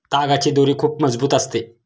तागाची दोरी खूप मजबूत असते